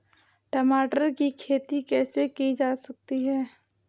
टमाटर की खेती कैसे की जा सकती है?